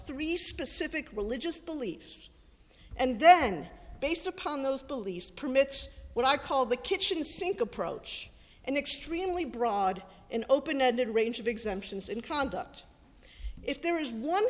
three specific religious beliefs and then based upon those beliefs permits what i call the kitchen sink approach and extremely broad and open ended range of exemptions and conduct if there is one